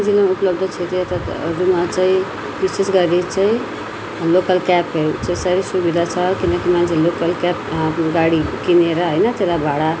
दार्जिलिङमा छ उपलब्ध क्षेत्रीहरूमा चाहिँ विशेष गरी चाहिँ लोकल क्याबहरू चाहिँ साह्रै सुविधा छ किनकि मान्छे लोकल क्याब आफ्नो गाडी किनेर होइन तेल्लाई भाडा